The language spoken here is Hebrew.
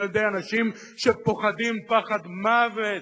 היו די אנשים שפוחדים פחד מוות,